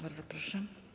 Bardzo proszę.